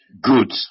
good